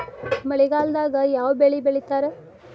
ಮಳೆಗಾಲದಾಗ ಯಾವ ಬೆಳಿ ಬೆಳಿತಾರ?